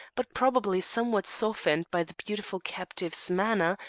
but probably somewhat softened by the beautiful captive's manner,